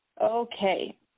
Okay